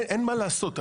אין מה לעשות,